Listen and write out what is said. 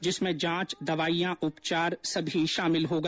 जिसमें जांच दवाईयां उपचार सभी शामिल होगा